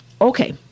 Okay